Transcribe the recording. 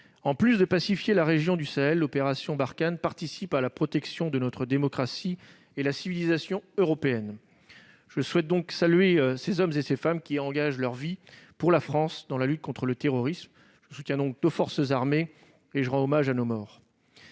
En plus de pacifier la région du Sahel, Barkhane participe à la protection de notre démocratie et de la civilisation européenne. Je salue les hommes et les femmes qui engagent leur vie pour la France dans la lutte contre le terrorisme. Je soutiens nos forces armées et je rends hommage à nos morts.